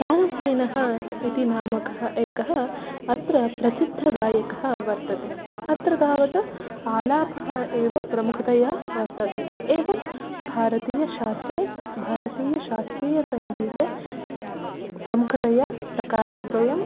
तानसेनः इति नामकः एकः अत्र प्रसिद्धगायकः वर्तते अत्र तावत् आलापः एव प्रमुखतया वर्तते एवं भारतीयशास्त्रे भारतीयशास्त्रीयसङ्गीते प्रमुखतया प्रकारद्वयं